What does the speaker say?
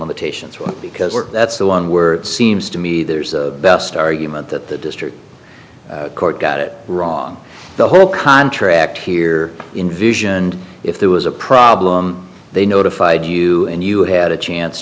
limitations because that's the one we're seems to me there's a best argument that the district court got it wrong the whole contract here invision and if there was a problem they notified you and you had a chance